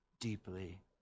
deeply